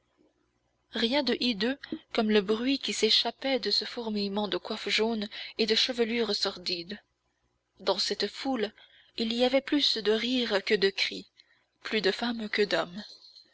rien de hideux comme le bruit qui s'échappait de ce fourmillement de coiffes jaunes et de chevelures sordides dans cette foule il y avait plus de rires que de cris plus de femmes que d'hommes